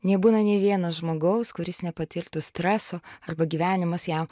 nebūna nei vieno žmogaus kuris nepatirtų streso arba gyvenimas jam